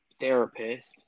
therapist